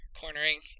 cornering